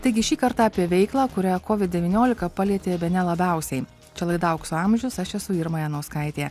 taigi šį kartą apie veiklą kurią covid devyniolika palietė bene labiausiai čia laida aukso amžius aš esu irma janauskaitė